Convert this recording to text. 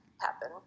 happen